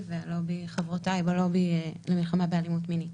וחברותיי בלובי למלחמה באלימות מינית.